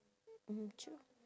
mm true